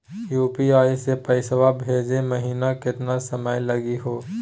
UPI स पैसवा भेजै महिना केतना समय लगही हो?